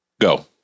Go